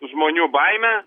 žmonių baimę